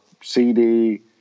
CD